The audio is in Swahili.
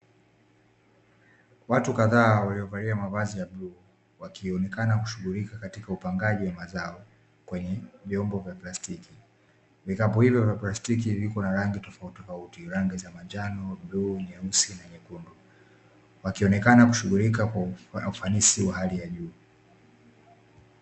Watu kadhaa waliovalia mavazi ya bluu wakionekana wakishughulika katika upangaji wa mazao kwenye vyombo vya plastiki. Vikapu hivyo vya plastiki viko na rangi tofautitofauti rangi za manjano, bluu, nyeusi na nyekundu. Wakionekana wakishughulika kwa ufanisi wa hali ya juu.